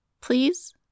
please